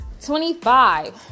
25